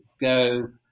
go